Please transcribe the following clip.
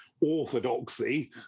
orthodoxy